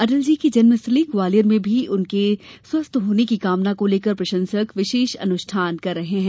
अटल जी की जन्मस्थली ग्वालियर में भी उनके स्वस्थ होने की कामना को लेकर प्रसंशक विशेष अनुष्ठान कर रहे हैं